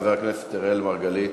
חבר הכנסת אראל מרגלית,